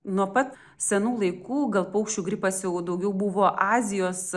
nuo pat senų laikų gal paukščių gripas jau daugiau buvo azijos